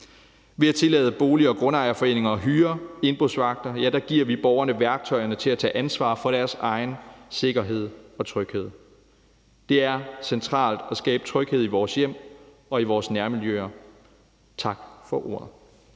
Ved at tillade bolig- og grundejerforeninger at hyre indbrudsvagter giver vi borgerne værktøjerne til at tage ansvar for deres egen sikkerhed og tryghed. Det er centralt at skabe tryghed i vores hjem og i vores nærmiljøer. Tak for ordet.